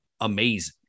amazing